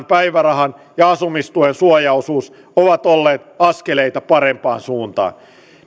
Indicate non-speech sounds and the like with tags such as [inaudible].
[unintelligible] päivärahan ja asumistuen suojaosuus ovat olleet askeleita parempaan suuntaan